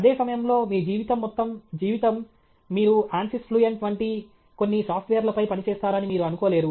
అదే సమయంలో మీ జీవితం మొత్తం జీవితం మీరు అన్సిస్ ఫ్లూయెంట్ వంటి కొన్ని సాఫ్ట్వేర్లపై పని చేస్తారని మీరు అనుకోలేరు